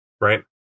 Right